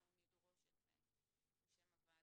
אנחנו נדרוש את זה בשם הוועדה.